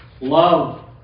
love